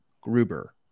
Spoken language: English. Gruber